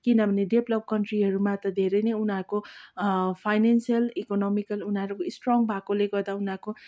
किनभने डेपलप्ड कन्ट्रीहरूमा त धेरै नै उनीहरूको फाइनेनसियल इकोनोमिकल उनीहरू स्ट्रङ भएकोले गर्दा उनीहरूको